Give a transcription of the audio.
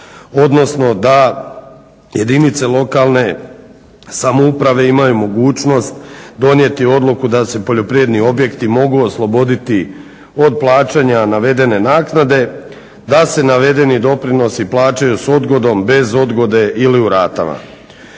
odnosno da jedinice lokalne samouprave imaju mogućnost donijeti odluku da se poljoprivredni objekti mogu osloboditi od plaćanja navedene naknade, da se navedeni doprinosi plaćaju s odgodom, bez odgode ili u ratama.